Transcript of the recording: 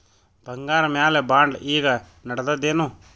ಬಂಗಾರ ಮ್ಯಾಲ ಬಾಂಡ್ ಈಗ ನಡದದೇನು?